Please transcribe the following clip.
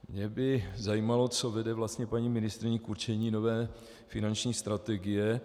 Mě by zajímalo, co vlastně vede paní ministryni k určení nové finanční strategie.